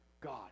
God